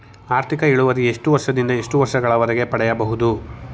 ಆರ್ಥಿಕ ಇಳುವರಿ ಎಷ್ಟು ವರ್ಷ ದಿಂದ ಎಷ್ಟು ವರ್ಷ ಗಳವರೆಗೆ ಪಡೆಯಬಹುದು?